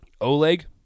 Oleg